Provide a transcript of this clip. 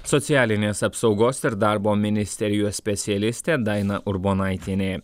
socialinės apsaugos ir darbo ministerijos specialistė daina urbonaitienė